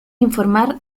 informar